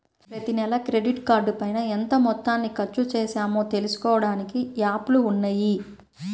ప్రతినెలా క్రెడిట్ కార్డుపైన ఎంత మొత్తాన్ని ఖర్చుచేశామో తెలుసుకోడానికి యాప్లు ఉన్నయ్యి